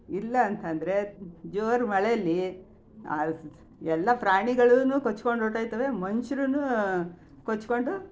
ಇಲ್ಲಾಂತಂದರೆ ಜೋರು ಮಳೇಲಿ ಎಲ್ಲ ಪ್ರಾಣಿಗಳೂ ಕೊಚ್ಕೊಂಡು ಹೊರ್ಟೋಗ್ತವೆ ಮನುಷ್ರುನೂ ಕೊಚ್ಚಿಕೊಂಡು